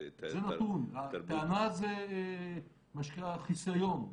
הטענה זה מה שנקרא, החיסיון,